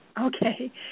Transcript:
Okay